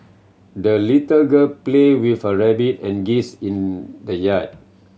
the little girl played with her rabbit and geese in the yard